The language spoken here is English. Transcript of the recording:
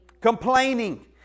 Complaining